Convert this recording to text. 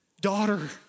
daughter